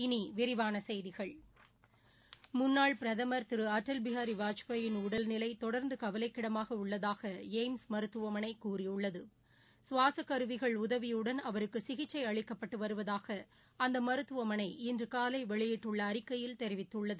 இனிவிரிவானசெய்திகள் முன்னாள் பிரதமர் திருஅடல் பிஹாரிவாஜ்பாயின் உடல்நிலைதொடர்ந்துகவலைகிடமாகஉள்ளதாகஎய்ம்ஸ் மருத்தமனைகூறியுள்ளது சுவாசகருவிகள் உதவியுடன் அவருக்குசிகிச்சைஅளிக்கப்பட்டுவருதாகஅந்தமருத்துவமனை இன்றுகாலைவெளியிட்டுள்ளஅறிக்கையில் தெரிவித்துள்ளது